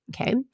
okay